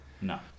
no